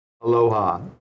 Aloha